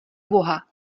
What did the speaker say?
boha